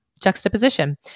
juxtaposition